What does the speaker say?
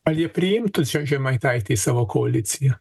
ar jie priimtų že žemaitaitį į savo koaliciją